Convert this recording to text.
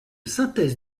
synthèse